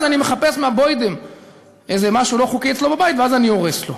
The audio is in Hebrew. אז אני מחפש מהבוידם איזה משהו לא חוקי אצלו בבית ואז אני הורס לו.